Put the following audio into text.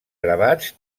gravats